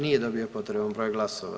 Nije dobio potreban broj glasova.